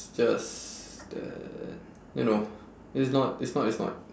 it's just that you know it's not it's not it's not